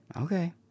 Okay